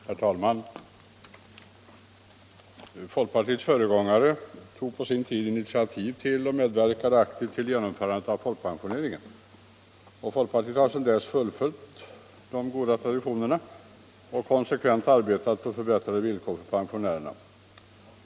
Herr talman! Folkpartiets föregångare tog på sin tid initiativ till och medverkade aktivt till genomförandet av folkpensioneringen. Folkpartiet har sedan dess fullföljt de goda traditionerna och konsekvent arbetat för förbättrade villkor för pensionärerna.